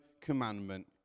commandment